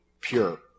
pure